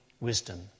wisdom